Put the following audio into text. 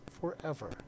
forever